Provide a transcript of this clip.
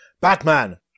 Batman